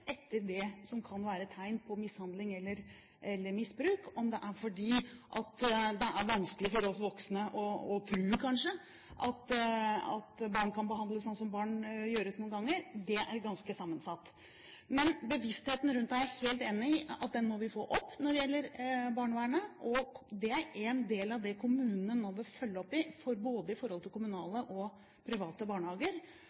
etter det som kan være tegn på mishandling eller misbruk, eller om det er fordi det er vanskelig for oss voksne å tro, kanskje, at barn kan behandles slik som barn noen ganger blir – det er ganske sammensatt. Men bevisstheten rundt det – det er jeg helt enig i – må vi få opp når det gjelder barnevernet. Det er en del av det kommunene nå vil følge opp både i forhold til